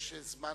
יש זמן